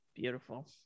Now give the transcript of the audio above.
Beautiful